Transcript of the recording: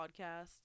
podcast